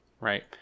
right